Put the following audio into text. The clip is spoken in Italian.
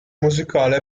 musicale